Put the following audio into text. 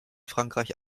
frankreich